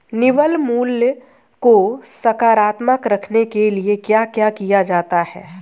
निवल मूल्य को सकारात्मक रखने के लिए क्या क्या किया जाता है?